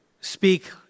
speak